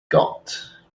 got